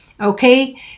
Okay